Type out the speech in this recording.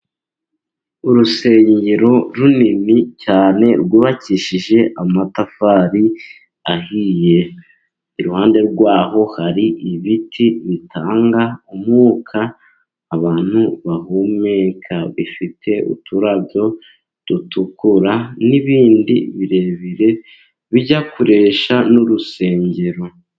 Urusengero runini cyane rwubakishije amatafari ahiye, iruhande rwaho hari ibiti bitanga umwuka abantu bahumeka, bifite uturabyo dutukura n'ibindi birebire bijya kuresha n'urusengero.